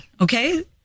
Okay